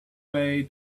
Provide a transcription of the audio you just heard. way